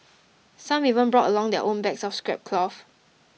some even brought along their own bags of scrap cloth